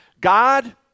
God